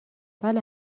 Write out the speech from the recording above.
بله